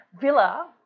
Villa